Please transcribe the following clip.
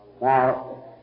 Now